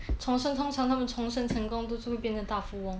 重生通常他们重生成功都是会变成大富翁